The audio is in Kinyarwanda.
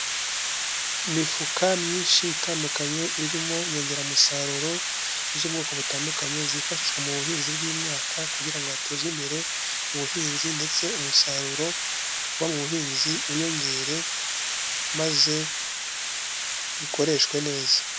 Imifuka myinshi itandukanye irimo inyongeramusaruro z'ubwoko butandukanye zifashishwa mu buhinzi bw'imyaka kugira ngo hatezwe imbere ubuhinzi ndetse umusaruro wo muhinzi wiyongere maze bikoreshwe neza.